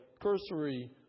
cursory